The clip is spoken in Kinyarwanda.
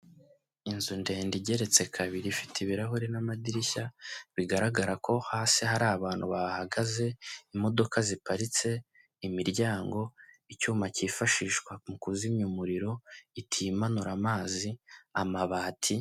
Inzu ndende igeretse kabiri ifite ibirahuri n'amadirishya, bigaragara ko hasi hari abantu bahahagaze, imodoka ziparitse, imiryango, icyuma cyifashishwa mu kuzimya umuriro, itiyo imanura amazi, amabati.